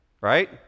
Right